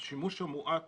השימוש המועט